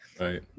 Right